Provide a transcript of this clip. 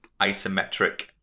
isometric